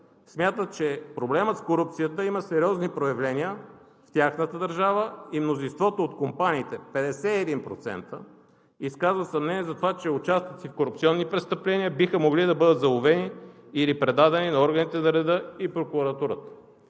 смятат, че проблемът с корупцията има сериозни проявления в тяхната държава и мнозинството от компаниите – 51%, изказват съмнение за това, че участници в корупционни престъпления биха могли да бъдат заловени или предадени на органите на реда и прокуратурата.